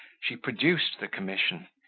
she produced the commission,